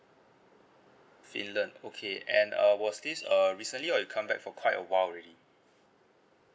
finland okay and uh was this err recently or you come back for quite a while already